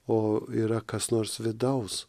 o yra kas nors vidaus